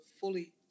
fully